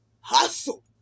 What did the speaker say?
Hustle